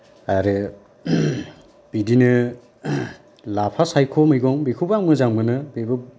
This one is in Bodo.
आरो बिदिनो लाफा साइख' मैगं बेखौबो आं मोजां मोनो बेबो